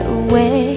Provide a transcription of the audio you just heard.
away